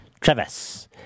Travis